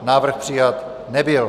Návrh přijat nebyl.